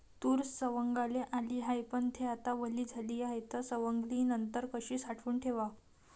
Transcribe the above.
तूर सवंगाले आली हाये, पन थे आता वली झाली हाये, त सवंगनीनंतर कशी साठवून ठेवाव?